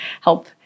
help